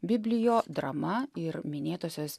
biblijo drama ir minėtosios